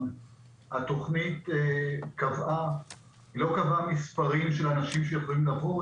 התכנית לא קבעה מספרים של אנשים שיכולים לבוא,